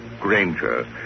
Granger